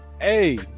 Hey